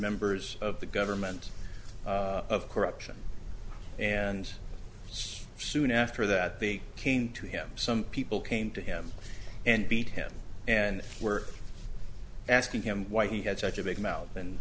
members of the government of corruption and soon after that they came to him some people came to him and beat him and were asking him why he had such a big mouth and